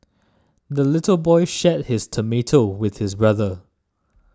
the little boy shared his tomato with his brother